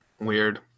Weird